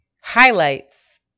highlights